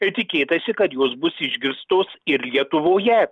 ir tikėtasi kad jos bus išgirstos ir lietuvoje